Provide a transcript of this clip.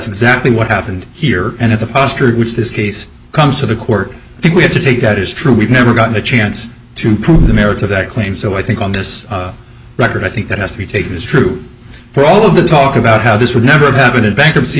exactly what happened here and at the posture which this case comes to the court i think we have to take that is true we've never gotten a chance to improve the merits that claim so i think on this record i think that has to be taken as true for all of the talk about how this would never happen in bankruptcy